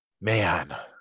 Man